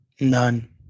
None